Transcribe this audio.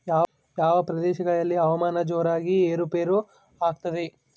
ಯಾವ ಪ್ರದೇಶಗಳಲ್ಲಿ ಹವಾಮಾನ ಜೋರಾಗಿ ಏರು ಪೇರು ಆಗ್ತದೆ?